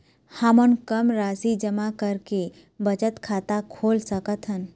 हमन कम राशि जमा करके बचत खाता खोल सकथन?